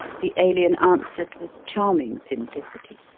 the alien answered with charming simplicity,